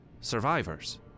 survivors